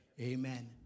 Amen